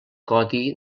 codi